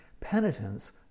penitence